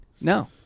No